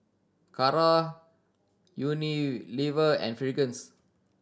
Kara Unilever and Fragrance